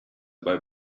bei